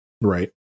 Right